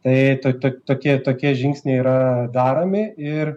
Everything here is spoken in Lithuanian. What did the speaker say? tai tu to tokie tokie žingsniai yra daromi ir